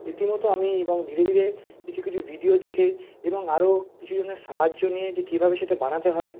রীতিমতো আমি এবং ধীরে ধীরে কিছু কিছু ভিডিও দেখে এবং আরো কিছু জনের সাহায্য নিয়ে যে কীভাবে সেটা বানাতে হয়